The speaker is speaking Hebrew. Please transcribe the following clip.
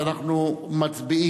אז אנחנו מצביעים.